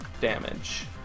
damage